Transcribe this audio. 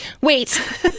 Wait